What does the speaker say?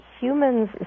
humans